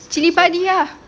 cili padi ah